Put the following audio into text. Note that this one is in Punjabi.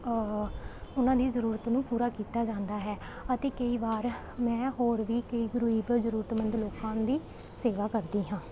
ਉਹਨਾਂ ਦੀ ਜ਼ਰੂਰਤ ਨੂੰ ਪੂਰਾ ਕੀਤਾ ਜਾਂਦਾ ਹੈ ਅਤੇ ਕਈ ਵਾਰ ਮੈਂ ਹੋਰ ਵੀ ਕਈ ਗਰੀਬ ਜ਼ਰੂਰਤਮੰਦ ਲੋਕਾਂ ਦੀ ਸੇਵਾ ਕਰਦੀ ਹਾਂ